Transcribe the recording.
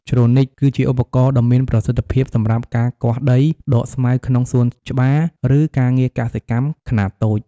ជ្រនីក គឺជាឧបករណ៍ដ៏មានប្រសិទ្ធភាពសម្រាប់ការគាស់ដី ដកស្មៅក្នុងសួនច្បារ ឬការងារកសិកម្មខ្នាតតូច។